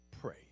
pray